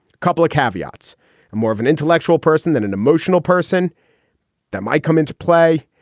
couple of caveats more of an intellectual person than an emotional person that might come into play.